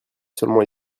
seulement